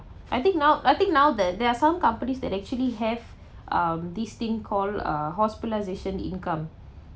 I think now I think now the there are some companies that actually have um this thing called uh hospitalization income